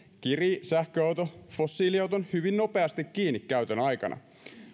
kirii sähköauto fossiiliauton hyvin nopeasti kiinni käytön aikana